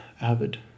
Avid